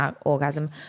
orgasm